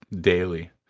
daily